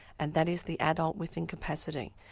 and that is the adult with incapacity.